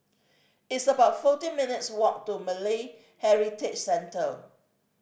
it's about fourteen minutes' walk to Malay Heritage Centre